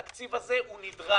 התקציב הזה הוא נדרש.